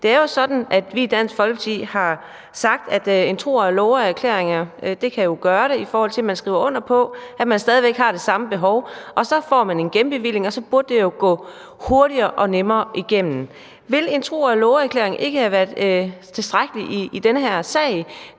vi i Dansk Folkeparti har sagt, at en tro og love-erklæring kan gøre det, altså at man skriver under på, at man stadig væk har det samme behov. Så får man en genbevilling, og så burde det jo gå hurtigere og nemmere igennem. Ville en tro og love-erklæring ikke have været tilstrækkeligt i den her sag,